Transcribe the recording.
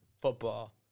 football